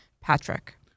Patrick